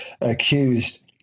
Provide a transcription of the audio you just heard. accused